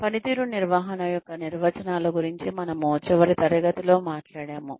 పనితీరు నిర్వహణ యొక్క నిర్వచనాల గురించి మనము చివరి తరగతిలో మాట్లాడాము